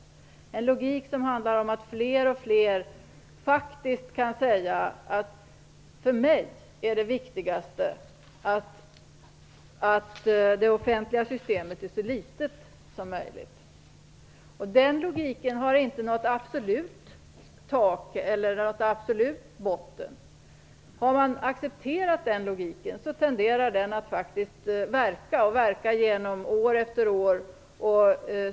Det är en logik som handlar om att fler och fler kan säga att för dem är det viktigaste att det offentliga systemet är så litet som möjligt. Den logiken har inte något absolut tak eller någon absolut botten. Har man accepterat den logiken tenderar den faktiskt att verka år efter år.